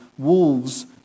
Wolves